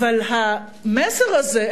אבל המסר הזה,